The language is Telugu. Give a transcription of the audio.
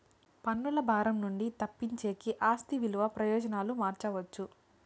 పన్నుల భారం నుండి తప్పించేకి ఆస్తి విలువ ప్రయోజనాలు మార్చవచ్చు